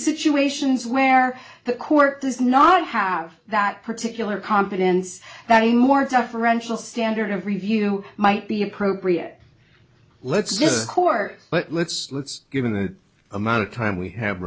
situations where the court does not have that particular competence that a more deferential standard of review might be appropriate let's just court but let's let's given the amount of time we have